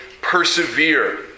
persevere